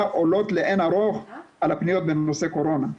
עולות לאין ערוך על הפניות בנושא קורונה,